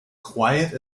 quiet